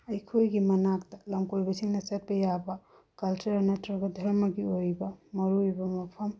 ꯑꯩꯈꯣꯏꯒꯤ ꯃꯅꯥꯛꯇ ꯂꯝ ꯀꯣꯏꯕꯁꯤꯡꯅ ꯆꯠꯄ ꯌꯥꯕ ꯀꯜꯆꯔꯦꯜ ꯅꯠꯇ꯭ꯔꯒ ꯙꯔꯃꯥꯒꯤ ꯑꯣꯏꯕ ꯃꯔꯨ ꯑꯣꯏꯕ ꯃꯐꯝ